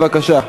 בבקשה.